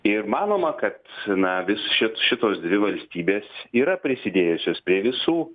ir manoma kad na vis šit šitos dvi valstybės yra prisidėjusios prie visų